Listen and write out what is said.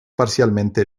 parcialmente